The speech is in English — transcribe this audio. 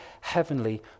heavenly